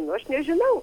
nu aš nežinau